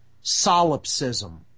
solipsism